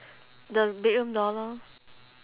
the bedroom door lor